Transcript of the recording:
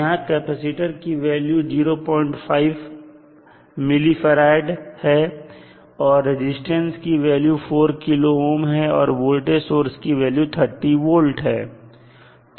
यहां कैपेसिटर की value 05mF है और रजिस्टेंस की वैल्यू 4K ohm है और वोल्टेज सोर्स की वैल्यू 30 V है